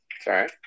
Sorry